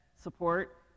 support